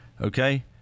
okay